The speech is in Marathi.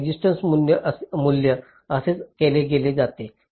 तर रेसिस्टन्स मूल्य असेच केले जाते